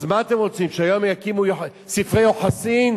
אז מה אתם רוצים, שהיום יקימו ספרי יוחסין?